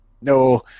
No